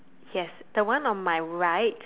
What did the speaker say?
yes the one on my right